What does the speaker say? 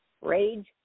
rage